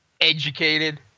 educated